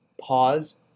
pause